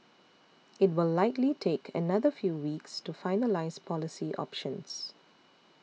it will likely take another few weeks to finalise policy options